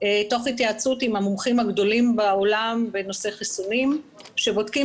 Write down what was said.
תוך התייעצות עם המומחים הגדולים בעולם בנושא חיסונים שבודקים